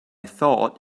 thought